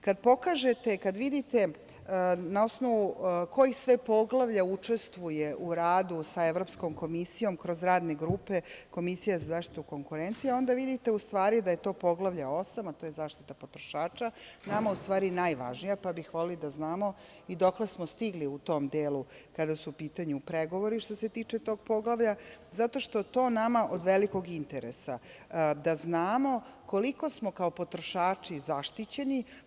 Kada pokažete, kada vidite na osnovu kojih sve poglavlja učestvuje u radu sa Evropskom komisijom kroz radne grupe, Komisija za zaštitu konkurencije, onda vidite u stvari da je to Poglavlje 8, a to je zaštita potrošača, nama u stvari najvažnija, pa bi voleli da znamo i dokle smo stigli u tom delu kada su u pitanju pregovori što se tiče tog poglavlja, zato što je to nama od velikog interesa, da znamo koliko smo kao potrošači zaštićeni.